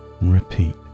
repeat